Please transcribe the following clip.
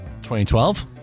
2012